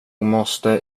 måste